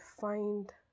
find